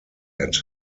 head